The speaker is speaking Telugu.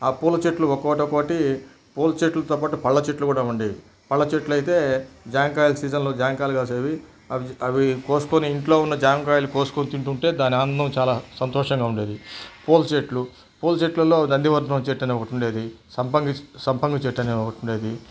ఆ పూల చెట్లు ఒకొటి ఒకోటి పూల చెట్లుతో పాటు పళ్ళ చెట్లు కూడా ఉండేవి పళ్ళ చెట్లు అయితే జామకాయలు సీజన్లో జామకాయలు కాసేవి అవి అవి కోసుకొని ఇంట్లో ఉన్న జామకాయలు కోసుకొని తింటూ ఉంటే దాని ఆనందం చాలా సంతోషంగా ఉండేది పూల చెట్లు పూల చెట్లలో నంది వర్ధనం చెట్టు అని ఒకటి ఉండేది సంపంగి సంపంగి చెట్టు అని ఒకటి ఉండేది